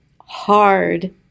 hard